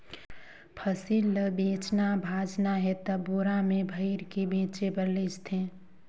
फसिल ल बेचना भाजना हे त बोरा में भइर के बेचें बर लेइज थें